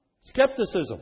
skepticism